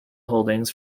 holdings